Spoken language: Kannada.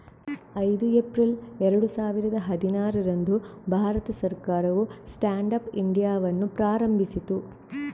ಐದು ಏಪ್ರಿಲ್ ಎರಡು ಸಾವಿರದ ಹದಿನಾರರಂದು ಭಾರತ ಸರ್ಕಾರವು ಸ್ಟ್ಯಾಂಡ್ ಅಪ್ ಇಂಡಿಯಾವನ್ನು ಪ್ರಾರಂಭಿಸಿತು